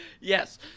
Yes